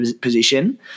position